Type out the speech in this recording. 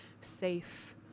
safe